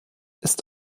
ist